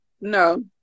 no